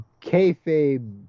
kayfabe